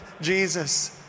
Jesus